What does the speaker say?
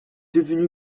devenu